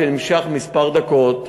שנמשך כמה דקות,